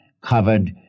covered